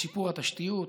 בשיפור התשתיות,